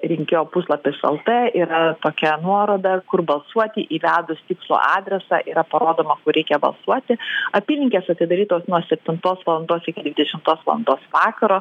rinkėjo puslapis lt yra tokia nuoroda kur balsuoti įvedus tikslų adresą yra parodoma kur reikia balsuoti apylinkės atidarytos nuo septintos valandos iki dvidešimtos valandos vakaro